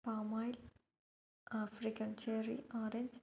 palm oil African cherry orange